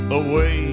away